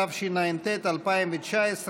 התשע"ט 2019,